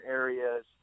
areas